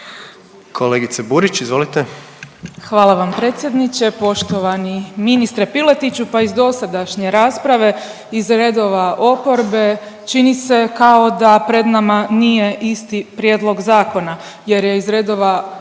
izvolite. **Burić, Majda (HDZ)** Hvala vam predsjedniče, poštovani ministre Piletiću, pa iz dosadašnje rasprave iz redova oporbe, čini se kao da pred nama nije isti prijedlog zakona jer je iz redova oporbe